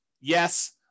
Yes